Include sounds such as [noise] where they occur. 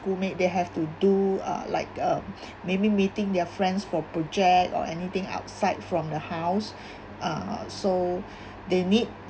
school make they have to do uh like um [breath] maybe meeting their friends for project or anything outside from the house ah so they need